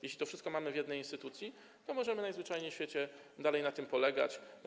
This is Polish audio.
Jeśli to wszystko mamy w jednej instytucji, to możemy najzwyczajniej w świecie dalej na tym polegać.